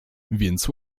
więc